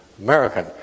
American